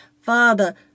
Father